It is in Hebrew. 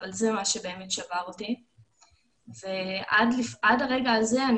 אבל זה מה שבאמת שבר אותי ועד הרגע הזה אני